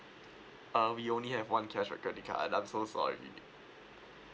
uh we only have one cashback credit card I'm I'm so sorry